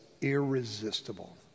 irresistible